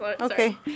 Okay